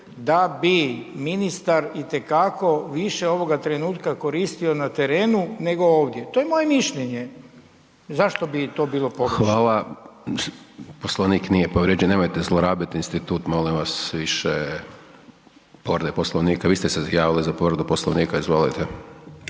da bi ministar itekako više ovoga trenutka koristio na terenu nego ovdje. To je moje mišljenje. Zašto bi to bilo pogrešno? **Hajdaš Dončić, Siniša (SDP)** Hvala. Poslovnik nije povrijeđen, nemojte zlorabit institut molim vas više povrede Poslovnika. Vi ste se javili za povredu poslovnika. Izvolite.